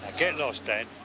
get lost dad.